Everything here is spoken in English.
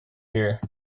here